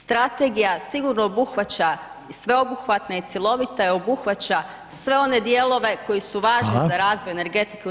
Strategija sigurno obuhvaća sveobuhvatne i cjelovite, obuhvaća sve one dijelove koji su važni za razvoj energetike u RH.